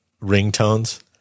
ringtones